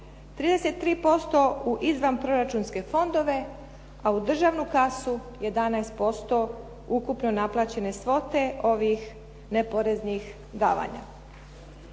33% u izvanproračunske fondove, a u državnu kasu 11% ukupno naplaćene svote ovih neporeznih davanja.